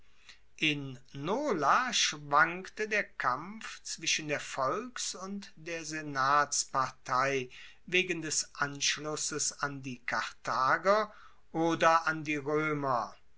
in nola schwankte der kampf zwischen der volks und der senatspartei wegen des anschlusses an die karthager oder an die roemer